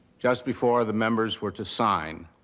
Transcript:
just before the members were to sign,